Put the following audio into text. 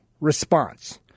response